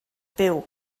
byw